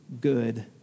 good